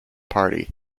party